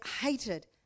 hated